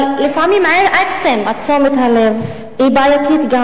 אבל לפעמים עצם תשומת הלב הוא גם בעייתי.